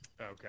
Okay